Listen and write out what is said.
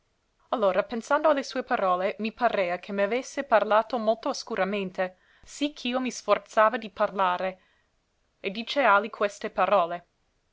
allora pensando a le sue parole mi parea che m'avesse parlato molto oscuramente sì ch'io mi sforzava di parlare e diceali queste parole